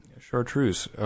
Chartreuse